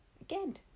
again